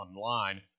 Online